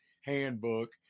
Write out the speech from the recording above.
handbook